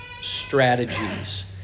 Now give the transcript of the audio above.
Strategies